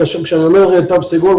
כשאני אומר תו סגול,